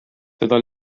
seda